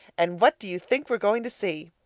and what do you think we're going to see?